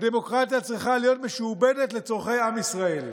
הדמוקרטיה צריכה להיות משועבדת לצורכי עם ישראל,